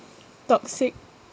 toxic